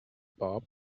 bob